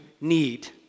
need